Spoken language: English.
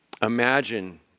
Imagine